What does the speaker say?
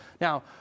Now